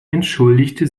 entschuldigte